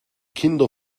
kinder